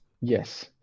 yes